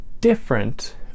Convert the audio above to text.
different